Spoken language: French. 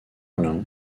alain